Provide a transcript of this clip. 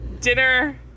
dinner